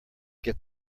get